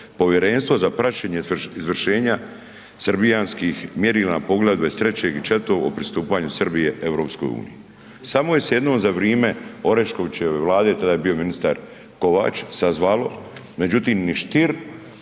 Povjerenstvo za praćenje izvršenja srbijanskih mjerila Poglavlja 23 i 24 o pristupanju Srbije EU. Samo se je jednom za vrijeme Oreškovićeve vlade, tada je bio ministar Kovač sazvalo, međutim ni Stier,